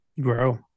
grow